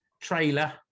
trailer